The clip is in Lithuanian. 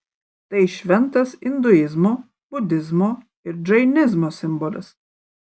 tai šventas induizmo budizmo ir džainizmo simbolis